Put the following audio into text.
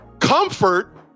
comfort